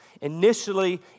initially